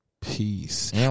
Peace